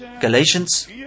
Galatians